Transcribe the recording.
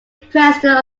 president